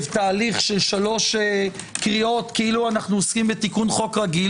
תהליך של שלוש קריאות כאילו אנו עוסקים בתיקון חוק רגיל,